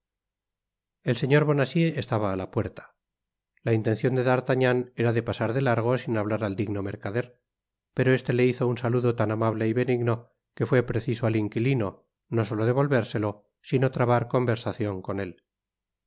el señor bonacieux estaba á la puerta la intencion de d'artagnan era de pasar de largo sin hablar al digno mercader pero este le hizo un saludo tan amable y benigno que fué preciso al inquilino no solo devolvérselo sino trabar conversacion con él